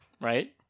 right